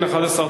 התשע"ב 2012,